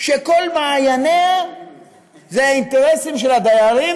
שכל מענייניה זה האינטרסים של הדיירים,